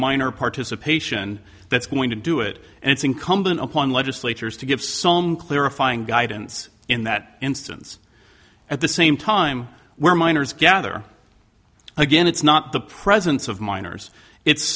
minor participation that's going to do it and it's incumbent upon legislators to give some clarifying guidance in that instance at the same time where minors gather again it's not the presence of minors it's